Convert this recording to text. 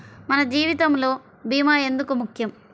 మన జీవితములో భీమా ఎందుకు ముఖ్యం?